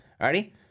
Alrighty